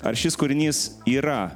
ar šis kūrinys yra